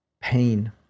pain